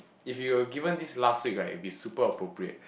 if you were given this last week right it will be super appropriate